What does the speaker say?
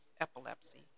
epilepsy